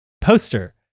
poster